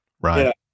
right